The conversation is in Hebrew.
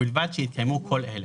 ובלבד שהתקיימו כל אלה: